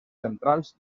centrals